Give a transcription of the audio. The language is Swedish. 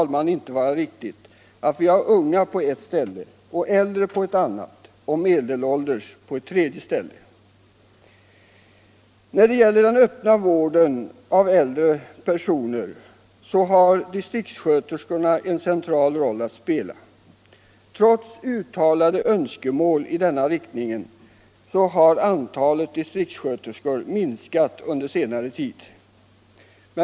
Det kan inte vara riktigt att vi har unga på ett ställe, äldre på ett annat och medelålders på ett tredje. När det gäller den öppna vården av äldre personer spelar distriktssköterskorna en central roll. Trots uttalade önskemål i denna riktning har antalet distriktssköterskor minskat under senare tid.